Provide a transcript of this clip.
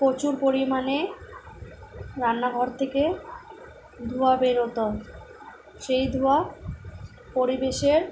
প্রচুর পরিমাণে রান্নাঘর থেকে ধোঁয়া বেরোত সেই ধোঁয়া পরিবেশের